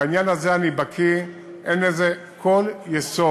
בעניין הזה אני בקי, אין לזה כל יסוד.